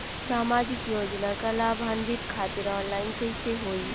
सामाजिक योजना क लाभान्वित खातिर ऑनलाइन कईसे होई?